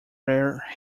rare